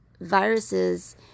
viruses